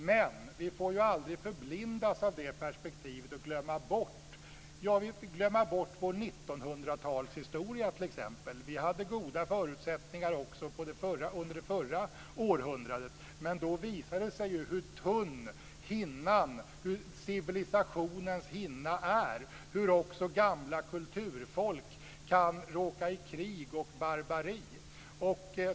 Men vi får aldrig förblindas av det perspektivet och glömma bort vår 1900-talshistoria t.ex. Vi hade goda förutsättningar också under det förra århundradet, men då visade det sig ju hur tunn civilisationens hinna är och hur även gamla kulturfolk kan råka i krig och barbari.